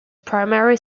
primary